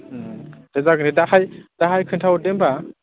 दे जागोन दे दाहाय दाहाय खोनथाहर दे होनबा